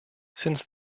since